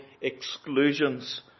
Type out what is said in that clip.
exclusions